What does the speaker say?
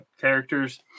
characters